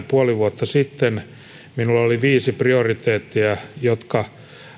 puoli vuotta sitten minulla oli viisi prioriteettia jotka